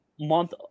month